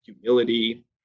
humility